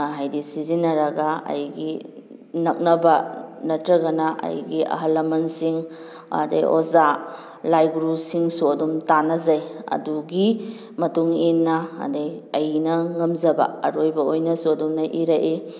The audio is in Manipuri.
ꯍꯥꯏꯗꯤ ꯁꯤꯖꯤꯟꯅꯔꯒ ꯑꯩꯒꯤ ꯅꯛꯅꯕ ꯅꯠꯇ꯭ꯔꯒꯅ ꯑꯩꯒꯤ ꯑꯍꯜ ꯂꯃꯟꯁꯤꯡ ꯑꯗꯩ ꯑꯣꯖꯥ ꯂꯥꯏ ꯒꯨꯔꯨꯁꯤꯡꯁꯨ ꯑꯗꯨꯝ ꯇꯥꯟꯅꯖꯩ ꯑꯗꯨꯒꯤ ꯃꯇꯨꯡ ꯏꯟꯅ ꯑꯗꯩ ꯑꯩꯅ ꯉꯝꯖꯕ ꯑꯔꯣꯏꯕ ꯑꯣꯏꯅꯁꯨ ꯑꯗꯨꯝꯅ ꯏꯔꯛꯏ